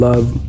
Love